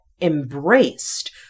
embraced